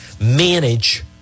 manage